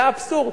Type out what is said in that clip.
זה האבסורד.